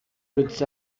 breaths